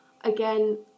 again